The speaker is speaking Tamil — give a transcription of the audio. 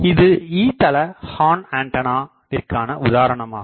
இது E தள ஹார்ன்ஆண்டனாவிற்கான உதாரணமாகும்